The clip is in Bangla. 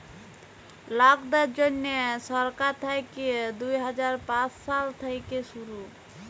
লকদের জ্যনহে সরকার থ্যাইকে দু হাজার পাঁচ সাল থ্যাইকে শুরু